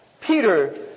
Peter